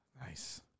Nice